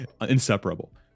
inseparable